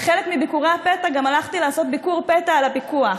בחלק מביקורי הפתע גם הלכתי לעשות ביקור פתע על הפיקוח,